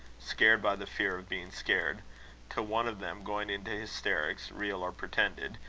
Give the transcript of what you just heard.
scared by the fear of being scared till one of them going into hysterics, real or pretended,